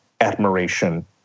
admiration